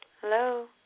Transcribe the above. Hello